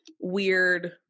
weird